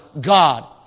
God